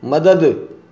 मदद